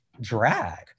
drag